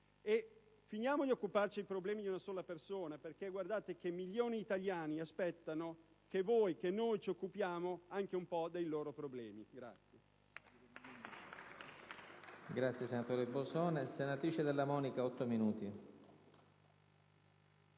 e finiamo di occuparci dei problemi di una sola persona, perché milioni di italiani aspettano che voi e noi ci occupiamo anche un po' dei loro problemi.